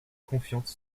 confiante